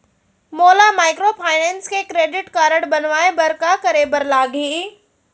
मोला माइक्रोफाइनेंस के credit card बनवाए बर का करे बर लागही?